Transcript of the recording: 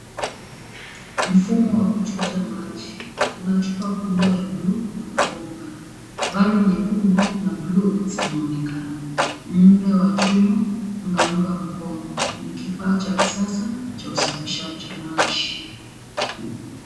Mfumo wa kuchuja maji. Kuna chupa kubwa ya bluu na mabomba. Vali nyekundu na bluu zinaonekana. Mda wa chuma unaunga mkono. Ni kifaa cha kisasa cha usafishaji maji.